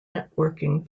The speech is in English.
networking